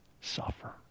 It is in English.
suffer